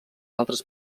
altres